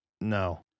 no